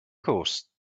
course